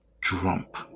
Trump